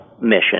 mission